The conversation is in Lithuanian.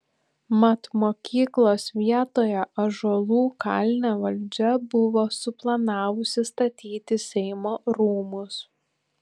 mat mokyklos vietoje ąžuolų kalne valdžia buvo suplanavusi statyti seimo rūmus